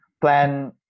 plan